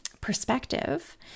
perspective